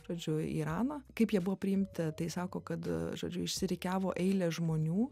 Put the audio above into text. žodžiu į iraną kaip jie buvo priimti tai sako kad žodžiu išsirikiavo eilės žmonių